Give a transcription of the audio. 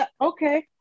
Okay